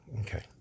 okay